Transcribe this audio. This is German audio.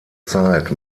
zeit